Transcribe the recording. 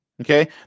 okay